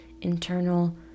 internal